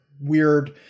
weird